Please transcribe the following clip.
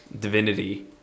divinity